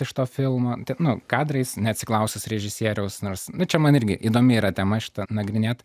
iš to filmo taip nu kadrais neatsiklausus režisieriaus nors nu čia man irgi įdomi yra tema šita nagrinėt